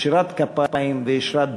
ישרת כפיים וישרת דרך.